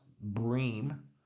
bream